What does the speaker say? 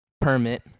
permit